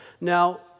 Now